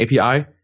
API